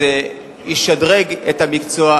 זה ישדרג את המקצוע.